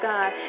God